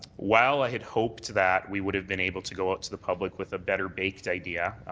while i had hoped that we would have been able to go out to the public with a better baked idea,